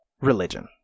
religion